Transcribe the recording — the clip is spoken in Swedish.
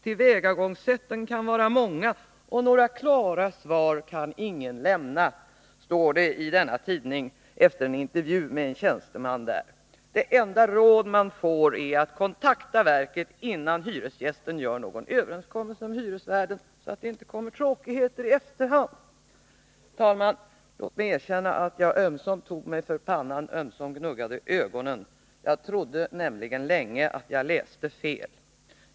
Tillvägagångssätten kan vara många och några klara svar kan ingen lämna.” Så står det i denna tidning efter en intervju med en tjänsteman på riksskatteverket. Det enda råd man får är att kontakta verket innan hyresgästen gör någon överenskommelse med hyresvärden så att det inte kommer tråkigheter i efterhand. Fru talman! Låt mig erkänna att jag ömsom tog mig för pannan, ömsom gnuggade ögonen. Jag trodde nämligen länge att jag läste fel.